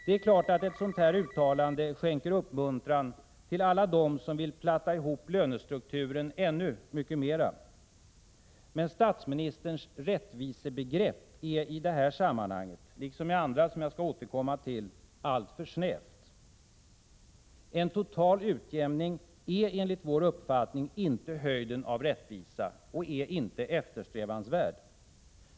Det är klart att ett sådant uttalande skänker uppmuntran till alla dem som vill platta ihop lönestrukturen ännu mycket mer. Men statsministerns rättvisebegrepp är i detta sammanhang — liksom i andra som jag skall återkomma till — alltför snävt. En total utjämning är enligt vår uppfattning inte höjden av rättvisa och är inte eftersträvansvärd.